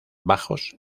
bajos